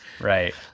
Right